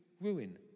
ruin